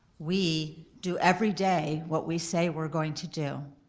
we do every day what we say we're going to do.